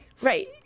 Right